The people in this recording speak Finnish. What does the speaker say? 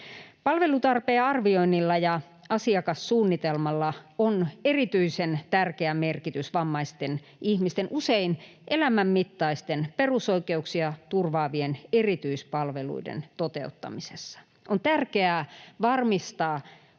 Palvelutarpeen arvioinnilla ja asiakassuunnitelmalla on erityisen tärkeä merkitys vammaisten ihmisten usein elämänmittaisten, perusoikeuksia turvaavien erityispalveluiden toteuttamisessa. On tärkeää varmistaa